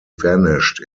vanished